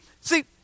see